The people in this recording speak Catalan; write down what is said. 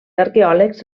arqueòlegs